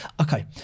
Okay